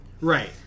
right